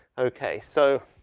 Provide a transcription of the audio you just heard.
okay. so,